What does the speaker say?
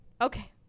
Okay